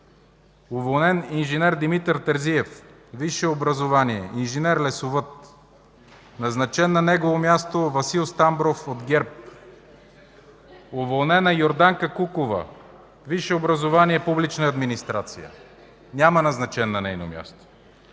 уволнен инж. Димитър Терзиев, висше образование – инженер-лесовъд, назначен на негово място Васил Стамбров от ГЕРБ; - уволнена Йорданка Кукова, висше образование – „Публична администрация”, няма назначен на нейно място;